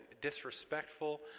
disrespectful